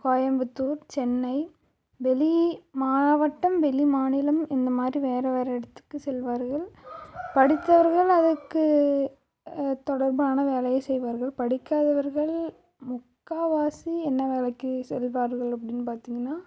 கோயம்புத்தூர் சென்னை வெளி மாவட்டம் வெளி மாநிலம் இந்த மாதிரி வேறு வேறு இடத்துக்கு செல்வார்கள் படித்தவர்கள் அதுக்கு தொடர்பான வேலையை செய்வார்கள் படிக்காதவர்கள் முக்கால்வாசி என்ன வேலைக்கு செல்வார்கள் அப்படின்னு பார்த்தீங்கன்னா